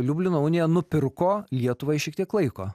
liublino unija nupirko lietuvai šiek tiek laiko